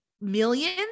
millions